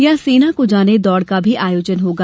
यहां सेना को जाने दौड़ का भी आयोजन होगा